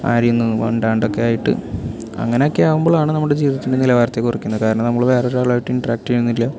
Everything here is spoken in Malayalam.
ആരെയും നോ മിണ്ടാണ്ടക്കെ ആയിട്ട് അങ്ങനെ ഒക്കെ ആകുമ്പോഴാണ് നമ്മുടെ ജീവിതത്തിന് നിലവാരത്തെ കുറിയ്ക്കുന്നത് കാരണം നമ്മൾ വേറെ ഒരാളുമായിട്ട് ഇൻട്രാക്റ്റ് ചെയ്യുന്നില്ല